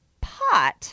pot